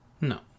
No